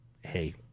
hey